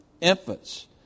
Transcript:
infants